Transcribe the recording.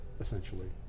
essentially